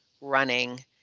running